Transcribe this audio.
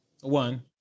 One